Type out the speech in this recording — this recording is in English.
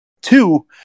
Two